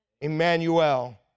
Emmanuel